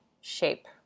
shape